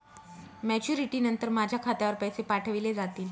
Maturity नंतर माझ्या खात्यावर पैसे पाठविले जातील?